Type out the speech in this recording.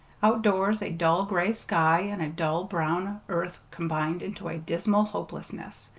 outdoors a dull gray sky and dull brown earth combined into a dismal hopelessness.